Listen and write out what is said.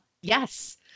Yes